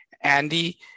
Andy